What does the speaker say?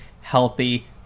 healthy